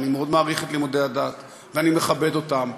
אני מאוד מעריך את לימודי הדת ואני מכבד אותם,